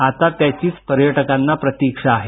आता त्याची पर्यटकांना प्रतीक्षा आहे